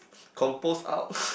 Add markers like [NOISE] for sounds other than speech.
compose out [LAUGHS]